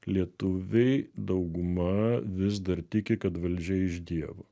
lietuviai dauguma vis dar tiki kad valdžia iš dievo